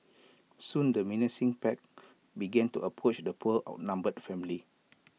soon the menacing pack began to approach the poor outnumbered family